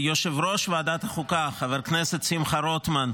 ליושב-ראש ועדת החוקה, חבר הכנסת שמחה רוטמן,